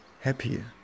happy